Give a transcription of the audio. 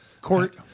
court